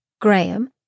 Graham